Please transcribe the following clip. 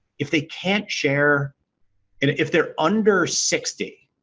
if they can't share if they're under sixty.